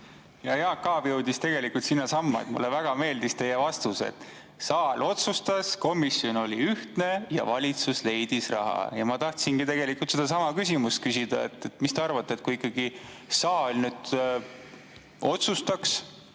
Hea Jaak Aab jõudis tegelikult sinnasamma. Mulle väga meeldis teie vastus, et saal otsustas, komisjon oli ühtne ja valitsus leidis raha. Ma tahtsingi tegelikult sedasama küsida. Mis te arvate, kui ikkagi saal nüüd otsustaks